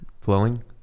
flowing